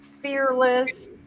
fearless